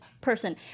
person